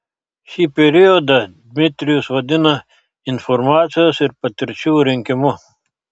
šį periodą dmitrijus vadina informacijos ir patirčių rinkimu